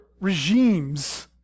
regimes